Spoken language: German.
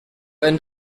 einen